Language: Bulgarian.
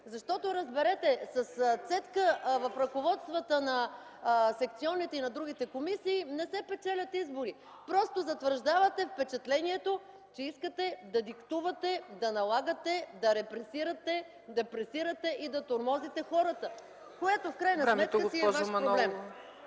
комисии. Разберете с цедка в ръководствата на секционните и другите комисии не се печелят избори. Просто затвърждавате впечатлението, че искате да диктувате, да налагате, да репресирате, да пресирате и да тормозите хора, което в крайна сметка си е ваш проблем.